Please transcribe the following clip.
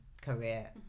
career